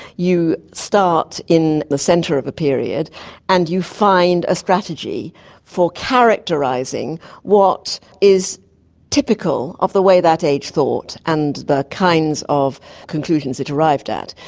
you start in the centre of a period and you find a strategy for characterising what is typical of the way that age thought and the kinds of conclusions it arrived at.